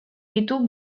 ditu